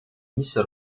миссии